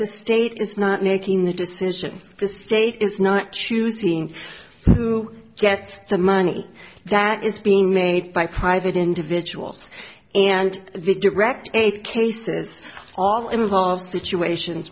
the state is not making the decision the state is not choosing gets the money that is being made by private individuals and the direct aid cases all involve situations